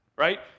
right